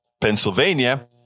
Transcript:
Pennsylvania